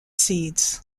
seeds